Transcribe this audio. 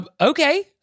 Okay